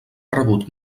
rebut